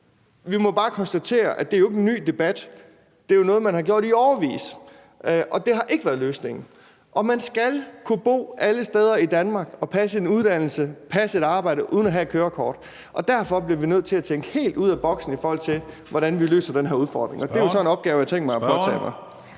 Vi må bare konstatere, at det ikke er en ny debat; det er jo noget, man har gjort i årevis, og det har ikke været løsningen. Man skal kunne bo alle steder i Danmark og passe en uddannelse, passe et arbejde uden at have et kørekort, og derfor bliver vi nødt til at tænke helt ud af boksen, i forhold til hvordan vi løser den her udfordring. Og det er jo så en opgave, jeg har tænkt mig at påtage mig.